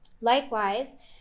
Likewise